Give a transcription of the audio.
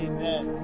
Amen